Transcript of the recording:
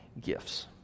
gifts